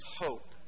hope